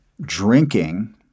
drinking